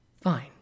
fine